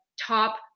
top